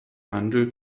handel